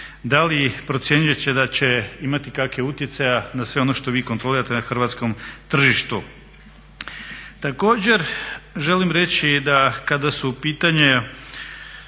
Da li procjenjujete da će imati kakvih utjecaja sve ono što vi kontrolirate na hrvatskom tržištu. Također, želim reći da kada su u pitanju